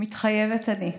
מתחייבת אני.